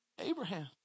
Abraham